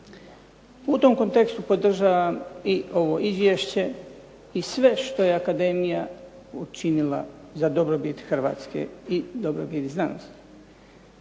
U tom kontekstu podržavam ovo izvješće i sve što je akademija učinila za dobrobit Hrvatske i znanosti.